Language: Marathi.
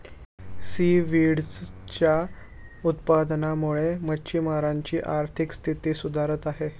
सीव्हीडच्या उत्पादनामुळे मच्छिमारांची आर्थिक स्थिती सुधारत आहे